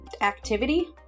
Activity